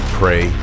pray